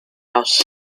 else